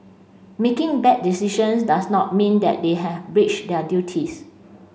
making bad decisions does not mean that they have breached their duties